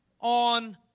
on